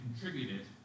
contributed